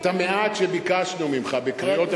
את המעט שביקשנו ממך בקריאות,